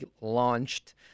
launched